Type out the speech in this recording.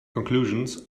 conclusions